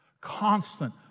Constant